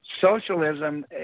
socialism